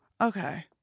Okay